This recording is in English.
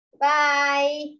bye